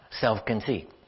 self-conceit